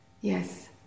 yes